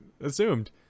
assumed